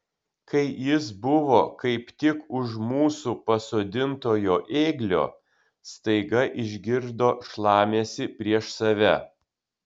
kai jis buvo kaip tik už mūsų pasodintojo ėglio staiga išgirdo šlamesį prieš save